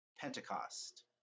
Pentecost